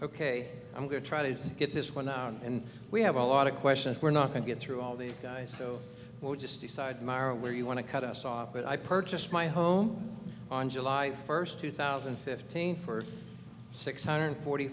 ok i'm going to try to get this one now and we have a lot of questions we're not going to get through all these guys so we'll just decide tomorrow where you want to cut us off but i purchased my home on july first two thousand and fifteen for six hundred forty